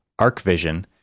ArcVision